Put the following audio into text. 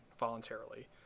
voluntarily